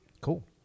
cool